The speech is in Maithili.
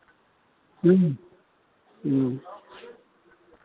ह्म्म ह्म्म